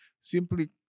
simply